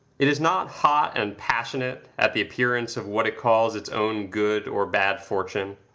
it is not hot and passionate at the appearance of what it calls its own good or bad fortune,